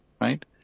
right